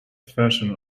fashion